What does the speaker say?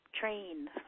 train